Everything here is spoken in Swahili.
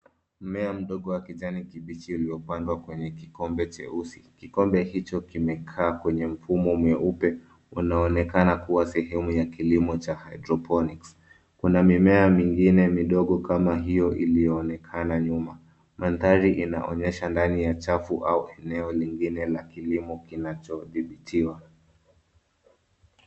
Mmea mdogo wa kijani kibichi uliopandwa kwenye kikombe jeusi. Kikombe hicho kimekaa kwenye mfumo mieupe, unaonekana kuwa sehemu ya kilimo cha hydroponics . Kuna mimea mingine midogo kama hio iliyoonekana nyuma. Mandhari inaonyesha ndani ya chafu au eneo lingine la kilimo kinachodhibitiwa.